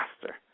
faster